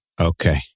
Okay